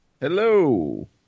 Hello